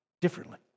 differently